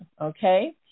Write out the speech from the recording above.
Okay